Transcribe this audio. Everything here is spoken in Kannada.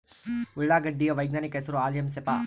ಉಳ್ಳಾಗಡ್ಡಿ ಯ ವೈಜ್ಞಾನಿಕ ಹೆಸರು ಅಲಿಯಂ ಸೆಪಾ